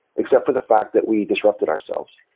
except for the fact that we disrupted ourselves.